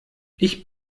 ich